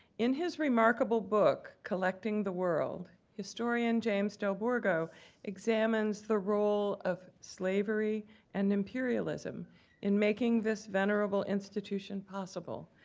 in his remarkable book, collecting the world, historian james delbourgo examines the role of slavery and imperialism in making this venerable institution possible,